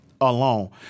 alone